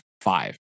five